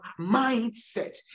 mindset